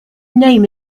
name